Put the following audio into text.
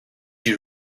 you